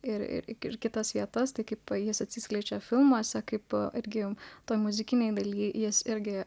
ir ir kitas vietas tai kaip jis atsiskleidžia filmuose kaip ir gijų toje muzikinėje dalyje jis irgi